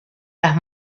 las